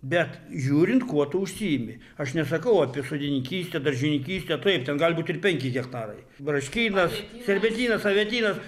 bet žiūrint kuo tu užsiimi aš nesakau apie sodininkystę daržininkystę taip ten gali būt ir penki hektarai braškynas serbentynas avietynas